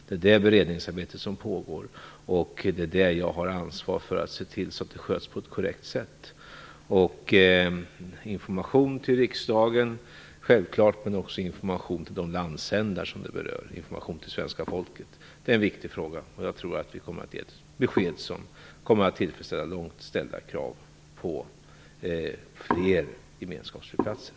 Det beredningsarbetet pågår, och jag har ansvar för att se till att sköts på ett korrekt sätt. Att ge information till riksdagen liksom självfallet också till de landsändar som är berörda och till svenska folket är en viktig angelägenhet. Jag tror att vi kommer att ge besked som kommer att tillfredsställa höga krav på fler gemenskapsflygplatser.